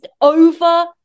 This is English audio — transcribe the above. over